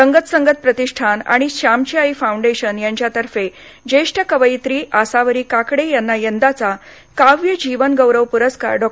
रंगत संगत प्रतिष्ठान आणि श्यामची आई फाऊंडेशन यांच्यातर्फे ज्येष्ठ कवयित्री आसावरी काकडे यांना यंदाचा काव्य जीवन गौरव पुरस्कार डॉ